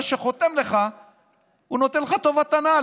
אז זה שחותם לך נותן לך טובת הנאה.